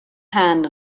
hand